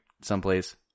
someplace